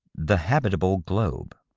the habita ble globe.